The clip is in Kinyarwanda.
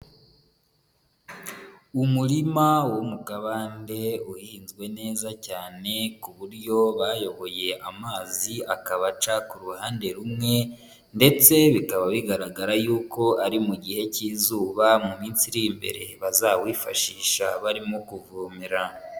Umurima wo mu kabande uhinzwe neza cyane ku buryo bayoboye amazi akaba aca ku ruhande rumwe ndetse bikaba bigaragara yuko ari mu gihe cy'izuba, mu minsi iri imbere bazawifashisha barimo kuvomera.